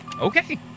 okay